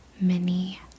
mini